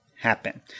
happen